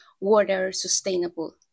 water-sustainable